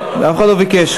אף אחד לא ביקש.